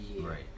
Right